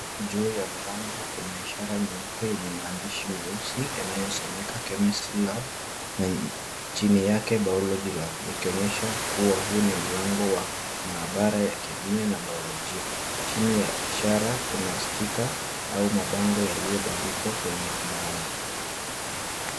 Juu ya mlango kuna ishara nyeupe yenye maandishi meusi yanayosomeka Chemistry lab chini yake Biology lab ikonyesha kuwa huu ni mlango wa maabara ya Kemia na Bayolojia. Chini ya ishara kuna sticker au mabango yaliyobandikwa kwenye mlango.